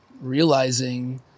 realizing